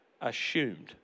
Assumed